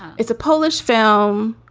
it's a polish film.